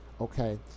okay